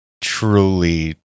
truly